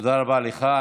תודה רבה לך.